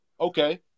Okay